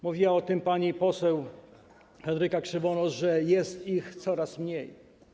Mówiła o tym pani poseł Henryka Krzywonos, że jest ich coraz mniej.